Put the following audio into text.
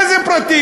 מה זה פרטיות?